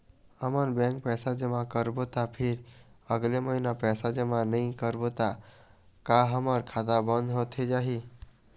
हमन बैंक पैसा जमा करबो ता फिर अगले महीना पैसा जमा नई करबो ता का हमर खाता बंद होथे जाही?